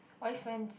why friends